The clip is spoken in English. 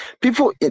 People